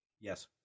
Yes